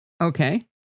okay